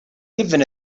even